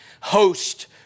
host